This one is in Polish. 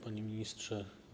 Panie Ministrze!